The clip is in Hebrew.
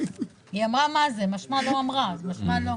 היא אמרה מה זה, משמע לא אמרה, משמע לא.